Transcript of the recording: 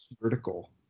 vertical